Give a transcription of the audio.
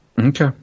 Okay